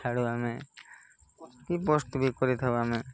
ଛାଡ଼ୁ ଆମେ କି ପୋଷ୍ଟ ବି କରିଥାଉ ଆମେ